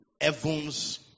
Evans